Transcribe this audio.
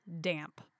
damp